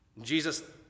Jesus